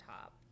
top